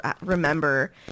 remember